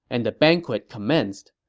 and the banquet commenced.